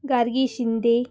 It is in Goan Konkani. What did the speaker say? गार्गी शिंदे